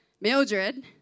Mildred